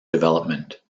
development